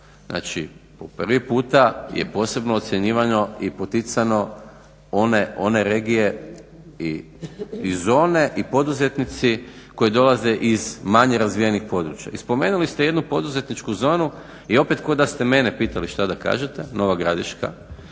znači po prvi puta je posebno ocjenjivano i poticano one regije i zone i poduzetnici koji dolaze iz manje razvijenih područja. I spomenuli ste jednu poduzetničku zonu i opet ko da ste mene pitali šta da kažete Nova Gradiška.